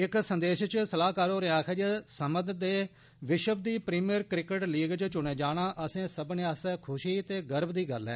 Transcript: इक संदेश च सलाहकार होरें आक्खेआ जे समद दे विश्व दी प्रीमियर क्रिकेट लीग च चुने जाना असें सब्बने आस्तै खुशी ते गर्व दी गल्ल ऐ